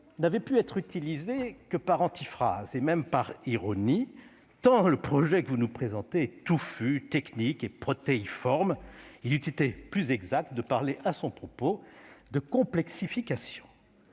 n'avoir pu être utilisée que par antiphrase, par ironie, tant le projet que vous nous présentez est touffu, technique et protéiforme. Il eût été plus exact de parler de complexification